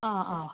ആ ആ